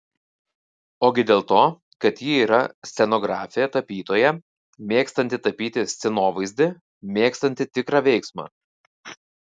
ogi dėl to kad ji yra scenografė tapytoja mėgstanti tapyti scenovaizdį mėgstanti tikrą veiksmą